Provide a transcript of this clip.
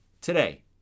today